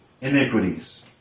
iniquities